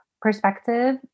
perspective